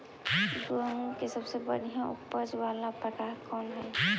गेंहूम के सबसे बढ़िया उपज वाला प्रकार कौन हई?